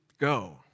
go